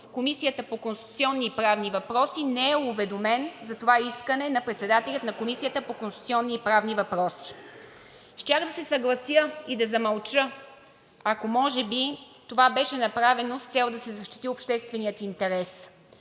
Комисията по конституционни и правни въпроси не е уведомен за това искане на председателя на Комисията по конституционни и правни въпроси. Щях да се съглася и да замълча, ако може би това беше направено с цел да се защити общественият интерес.